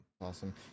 Awesome